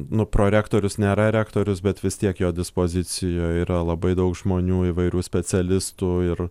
nu prorektorius nėra rektorius bet vis tiek jo dispozicijoj yra labai daug žmonių įvairių specialistų ir